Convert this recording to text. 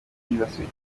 yibasiwe